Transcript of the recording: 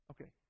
Okay